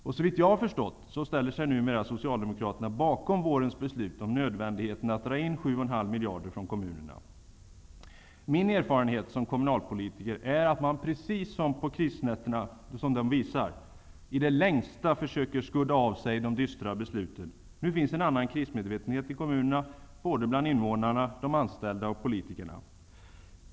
Såvitt jag har förstått ställer sig numera Socialdemokraterna bakom vårens beslut om nödvändigheten att dra in Min erfarenhet som kommunalpolitiker är att man -- precis som krisnätterna visar -- i det längsta försöker skudda av sig de dystra besluten. Nu finns en annan krismedvetenhet i kommunerna, såväl bland invånarna, de anställda som politikerna.